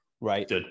right